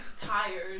Tired